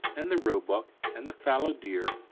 and the roebuck, and the fallow deer,